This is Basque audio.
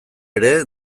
ere